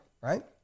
right